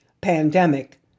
pandemic